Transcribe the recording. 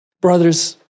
Brothers